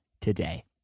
today